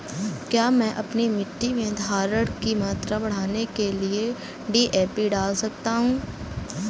क्या मैं अपनी मिट्टी में धारण की मात्रा बढ़ाने के लिए डी.ए.पी डाल सकता हूँ?